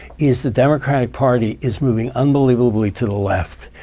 is the democratic party is moving unbelievably to the left.